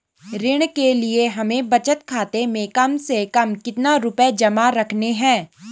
ऋण के लिए हमें बचत खाते में कम से कम कितना रुपये जमा रखने हैं?